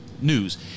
news